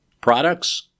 products